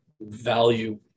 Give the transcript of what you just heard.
value